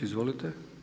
Izvolite.